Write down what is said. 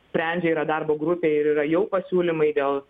sprendžia yra darbo grupė ir yra jau pasiūlymai dėl